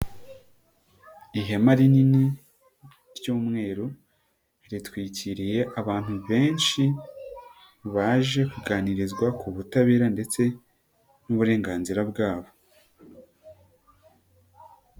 Ihema rinini ry'umweru ritwikiriye abantu benshi baje kuganirizwa ku butabera ndetse n'uburenganzira bwabo.